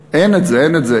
אין את זה, אין את זה.